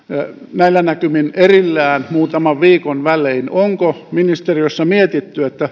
näillä näkymin erillään muutaman viikon välein niin onko ministeriössä mietitty